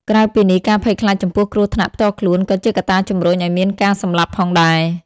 ក្រៅពីនេះ ការភ័យខ្លាចចំពោះគ្រោះថ្នាក់ផ្ទាល់ខ្លួន ក៏ជាកត្តាជំរុញឲ្យមានការសម្លាប់ផងដែរ។